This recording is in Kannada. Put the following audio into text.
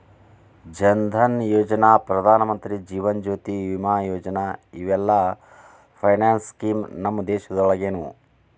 ಜನ್ ಧನಯೋಜನಾ, ಪ್ರಧಾನಮಂತ್ರಿ ಜೇವನ ಜ್ಯೋತಿ ಬಿಮಾ ಯೋಜನಾ ಇವೆಲ್ಲ ಫೈನಾನ್ಸ್ ಸ್ಕೇಮ್ ನಮ್ ದೇಶದಾಗಿನವು